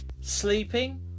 sleeping